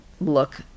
look